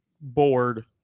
board